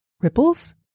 Ripples